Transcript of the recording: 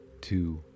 two